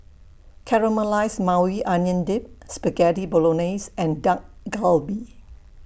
Caramelized Maui Onion Dip Spaghetti Bolognese and Dak Galbi